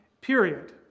period